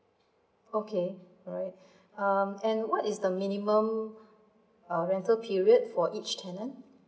okay alright um and what is the minimum uh rental period for each tenant